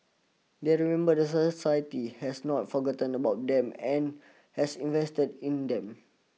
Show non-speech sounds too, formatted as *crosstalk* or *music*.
they remember that *unintelligible* society has not forgotten about them and has invested in them